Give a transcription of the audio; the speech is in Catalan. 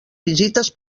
visites